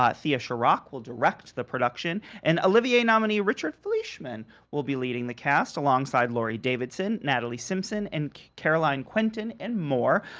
ah thea sharrock will direct the production and olivier nominee richard fleeshman will be leading the cast, alongside laurie davidson, natalie simpson and caroline quentin and more.